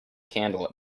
candle